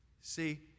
See